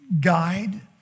guide